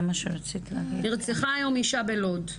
נרצחה היום אישה בלוד.